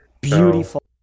Beautiful